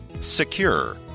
Secure